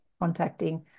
contacting